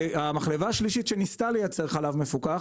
המחלבה השלישית שניסתה לייצר חלב מפוקח